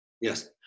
Yes